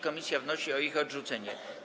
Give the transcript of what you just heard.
Komisja wnosi o ich odrzucenie.